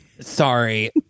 sorry